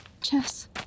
Chess